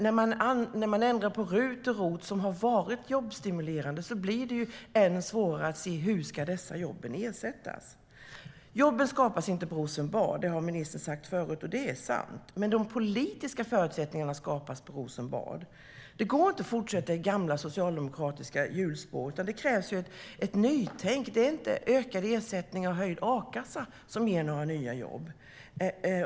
När man ändrar på RUT och ROT som har varit jobbstimulerande blir det än svårare att se hur dessa jobb ska kunna ersättas. Jobben skapas inte i Rosenbad. Det har ministern sagt tidigare, och det är sant. Men de politiska förutsättningarna skapas i Rosenbad. Det går inte att fortsätta i gamla socialdemokratiska hjulspår, utan det krävs ett nytänkande. Det är inte ökade ersättningar och höjd a-kassa som ger några nya jobb.